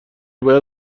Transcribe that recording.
باید